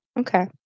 Okay